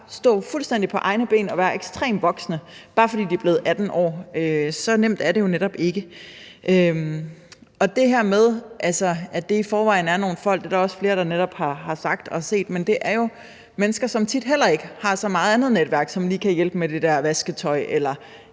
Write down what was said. stå fuldstændig på egne ben og være ekstremt voksne, bare fordi de er blevet 18 år. Så nemt er det jo netop ikke. Det er i forvejen nogle mennesker – det er der også flere, der netop har sagt og set – som tit heller ikke har så meget andet netværk, som lige kan hjælpe med det der vasketøj eller